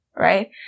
right